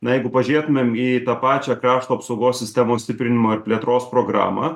na jeigu pažėtumėm į tą pačią krašto apsaugos sistemos stiprinimo ir plėtros programą